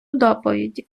доповіді